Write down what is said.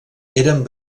eren